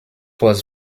was